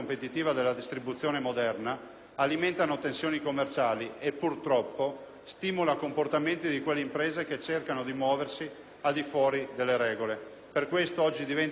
alimentano tensioni commerciali e purtroppo stimolano i comportamenti di quelle imprese che cercano di muoversi al di fuori delle regole. Per questo oggi diventa importante l'azione del Governo